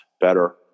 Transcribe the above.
better